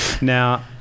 Now